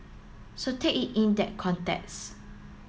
so take it in that context